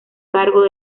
cargo